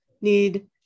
need